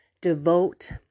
devote